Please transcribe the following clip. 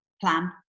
plan